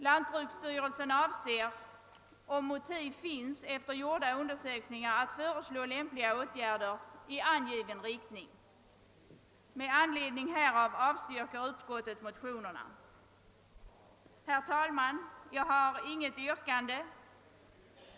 Lantbruksstyrelsen avser, om gjorda undersökningar visar att motiv finns, att föreslå lämpliga åtgärder i angiven riktning. Med anledning härav avstyrker utskottet bifall till motionerna. Herr talman! Jag har inget yrkande.